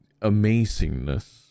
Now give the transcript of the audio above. amazingness